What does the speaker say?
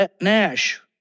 Nash